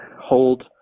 hold